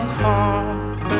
heart